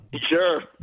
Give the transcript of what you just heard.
Sure